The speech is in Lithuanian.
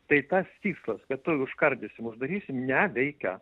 tai tas tikslas kad tuoj užkardysim uždarysim neveikia